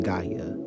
Gaia